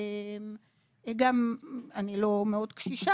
אני לא מאוד קשישה,